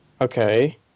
Okay